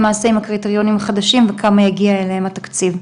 הקריטריונים החדשים וכמה יגיע אליהן מהתקציב.